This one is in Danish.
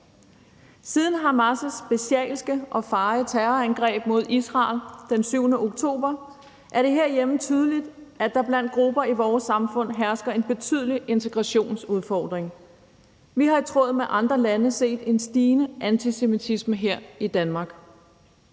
Siden Hamas' bestialske og feje terrorangreb mod Israel den 7. oktober 2023 er det herhjemme tydeligt, at der blandt grupper i vores samfund hersker en betydelig integrationsudfordring. Vi har i tråd med andre lande set en stigende antisemitisme her i Danmark.